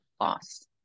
loss